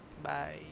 Bye